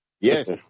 Yes